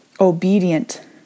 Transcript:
obedient